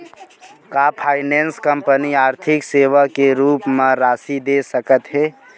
का finance company आर्थिक सेवा के रूप म राशि दे सकत हे?